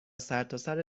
سرتاسر